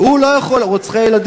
רוצחי ילדים.